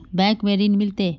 Bank में ऋण मिलते?